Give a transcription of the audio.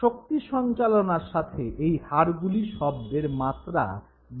শক্তি সঞ্চালনার সাথে এই হাড়গুলি শব্দের মাত্রা বাড়িয়ে দেয়